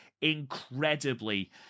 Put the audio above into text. incredibly